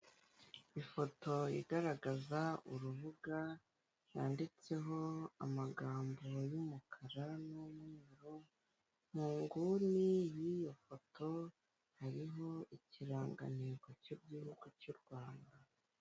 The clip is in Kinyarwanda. Ifoto igaragaza urubuga yanditseho amagambo y'umukara n'umweru mu nguni y'iyo foto harimo ikirangantego k'igihugu cy'u Rwanda.